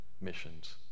missions